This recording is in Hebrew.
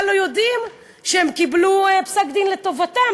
לא יודעים שהם קיבלו פסק-דין לטובתם,